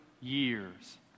years